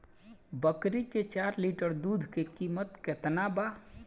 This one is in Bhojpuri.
बकरी के चार लीटर दुध के किमत केतना बा?